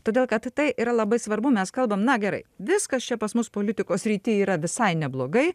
todėl kad tai yra labai svarbu mes kalbam na gerai viskas čia pas mus politikos srity yra visai neblogai